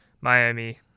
Miami